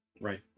Right